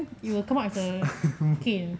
it will come up with canes